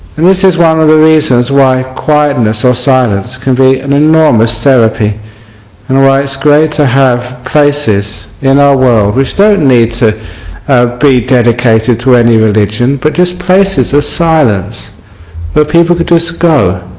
this is one of the reasons why quietness ah silence can be an enormous therapy and why it is great to have places in our world which don't need to be dedicated to any religion but just places of silence where people could just go